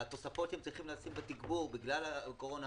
והתוספות שהם צריכים להוסיף לתגבור בגלל הקורונה.